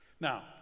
Now